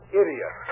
idiot